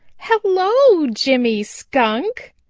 hello, jimmy skunk,